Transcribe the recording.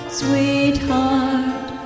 sweetheart